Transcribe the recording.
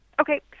Okay